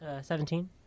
Seventeen